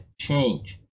change